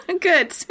Good